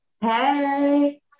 Hey